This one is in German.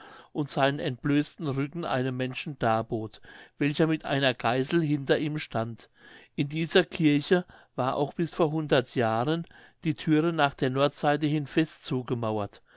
und seinen entblößten rücken einem menschen darbot welcher mit einer geißel hinter ihm stand in dieser kirche war auch bis vor hundert jahren die thüre nach der nordseite hin fest zugemauert